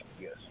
Yes